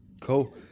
Cool